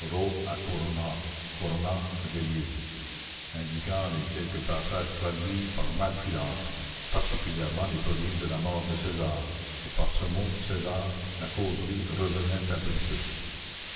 indiquant les quelques passages traduits par malfilâtre particulièrement les prodiges de la mort de césar et par ce mot césar la causerie revenait à brutus